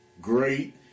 great